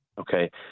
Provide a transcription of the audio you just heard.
Okay